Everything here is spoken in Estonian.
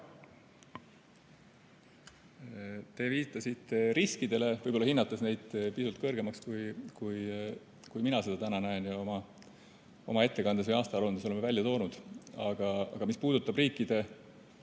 Te viitasite riskidele, võib-olla hinnates neid pisut kõrgemaks, kui mina seda täna näen ja oma ettekandes ja aastaaruandes oleme välja toonud. Aga mis puudutab riikide